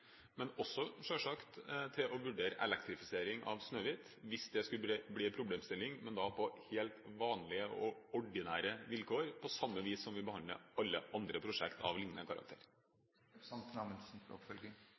til å vurdere elektrifisering av Snøhvit, hvis det skulle bli en problemstilling, men da på helt vanlige og ordinære vilkår, på samme vis som vi behandler alle andre prosjekter av lignende